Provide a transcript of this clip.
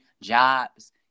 jobs